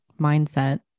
mindset